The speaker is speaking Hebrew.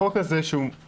החוק הזה לא